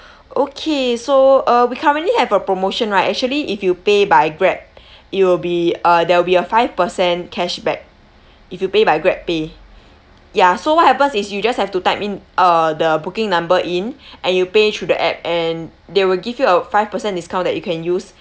okay so uh we currently have a promotion right actually if you pay by grab it will be uh there will be a five percent cashback if you pay by grabpay ya so what happens is you just have to type in uh the booking number in and you pay through the app and they will give you a five percent discount that you can use